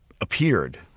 appeared